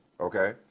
Okay